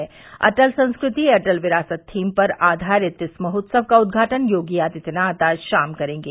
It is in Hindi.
अटल संस्कृति अटल विरासत थीम पर आघारित इस महोत्सव का उदघाटन योगी आदित्यनाथ आज शाम करेंगे